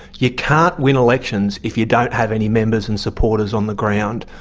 you can't win elections if you don't have any members and supporters on the ground.